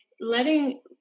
letting